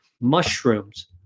Mushrooms